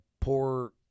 poor